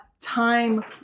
time